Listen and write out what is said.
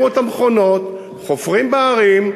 העבירו את המכונות, חופרים בהרים,